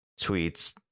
tweets